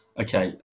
okay